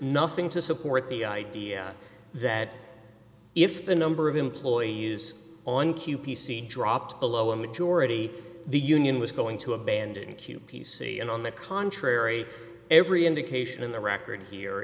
nothing to support the idea that if the number of employees on q p c dropped below a majority the union was going to abandon q p c and on the contrary every indication in the record here